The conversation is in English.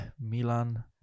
Milan